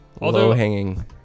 low-hanging